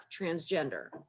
transgender